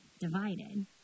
divided